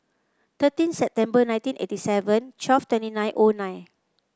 thirteen September nineteen eighty seven twelve twenty nine O nine